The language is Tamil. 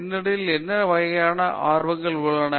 பின்னணியில் என்ன வகையான ஆர்வங்கள் உள்ளன